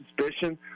suspicion